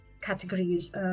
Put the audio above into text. categories